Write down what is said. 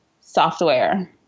software